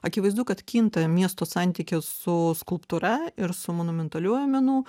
akivaizdu kad kinta miesto santykis su skulptūra ir su monumentaliuoju menu